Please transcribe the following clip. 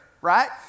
right